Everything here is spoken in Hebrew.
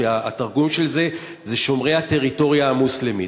שהתרגום של זה הוא שומרי הטריטוריה המוסלמית.